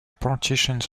partitions